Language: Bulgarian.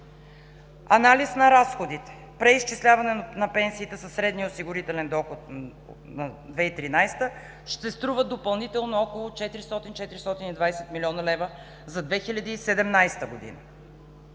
Анализ на разходите: преизчисляване на пенсиите със средния осигурителен доход на 2013 г. ще струва допълнително около 400 – 420 млн. лв. за 2017 г.